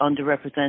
underrepresented